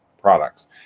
products